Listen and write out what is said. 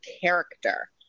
character